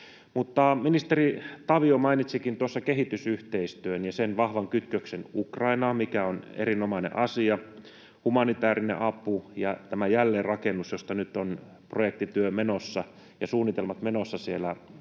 kautta. Ministeri Tavio mainitsikin tuossa kehitysyhteistyön ja sen vahvan kytköksen Ukrainaan, mikä on erinomainen asia, humanitäärinen apu ja tämä jälleenrakennus, josta nyt ovat projektityö ja suunnitelmat menossa siellä